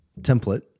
template